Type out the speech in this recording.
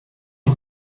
die